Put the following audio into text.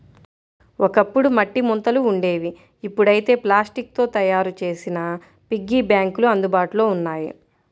ఒకప్పుడు మట్టి ముంతలు ఉండేవి ఇప్పుడైతే ప్లాస్టిక్ తో తయ్యారు చేసిన పిగ్గీ బ్యాంకులు అందుబాటులో ఉన్నాయి